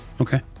Okay